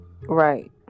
Right